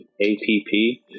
A-P-P